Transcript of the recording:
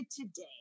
today